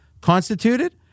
constituted